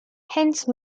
hence